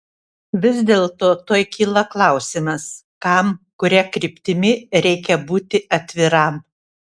vis dėlto tuoj kyla klausimas kam kuria kryptimi reikia būti atviram